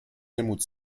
helmut